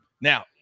Now